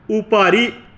उपरि